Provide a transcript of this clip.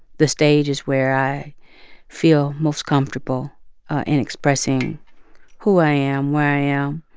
the stage is where i feel most comfortable in expressing who i am, where i am.